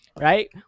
right